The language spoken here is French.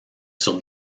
sur